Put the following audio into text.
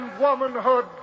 womanhood